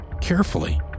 Carefully